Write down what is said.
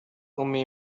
أمي